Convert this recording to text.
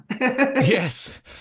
Yes